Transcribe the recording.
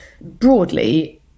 broadly